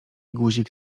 guzik